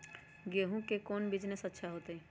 गेंहू के कौन बिजनेस अच्छा होतई?